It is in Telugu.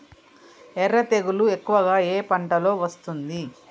ఎర్ర తెగులు ఎక్కువగా ఏ పంటలో వస్తుంది?